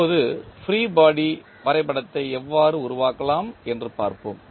இப்போது free body வரைபடத்தை எவ்வாறு உருவாக்கலாம் என்று பார்ப்போம்